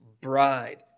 bride